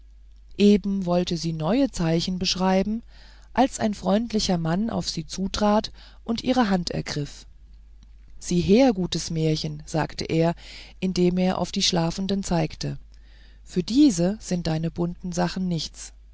eben wollte sie neue zeichen beschreiben als ein freundlicher mann auf sie zutrat und ihre hand ergriff siehe her gutes märchen sagte er indem er auf die schlafenden zeigte für diese sind deine bunten sachen nichts